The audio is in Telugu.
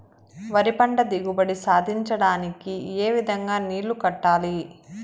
వరి పంట దిగుబడి సాధించడానికి, ఏ విధంగా నీళ్లు కట్టాలి?